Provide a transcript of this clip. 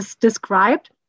described